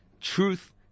truth